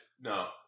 No